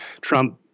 Trump